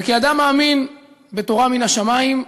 וכאדם מאמין בתורה מן השמים,